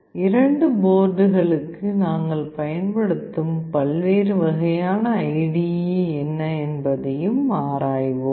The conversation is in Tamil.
இரண்டு போர்டுகளுக்கு நாங்கள் பயன்படுத்தும் பல்வேறு வகையான ஐடிஈ என்ன என்பதையும் ஆராய்வோம்